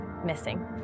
missing